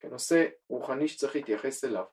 כנושא רוחני שצריך להתייחס אליו